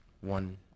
One